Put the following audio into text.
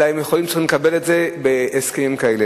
אלא הם צריכים לקבל הסכמים כאלה.